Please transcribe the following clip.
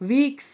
vicks